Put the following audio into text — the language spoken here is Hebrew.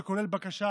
שכולל בקשה